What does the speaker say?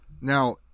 Now